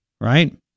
Right